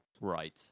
right